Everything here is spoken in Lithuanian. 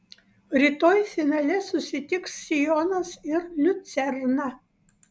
rytoj finale susitiks sionas ir liucerna